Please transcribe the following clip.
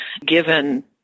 given